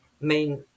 main